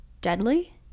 deadly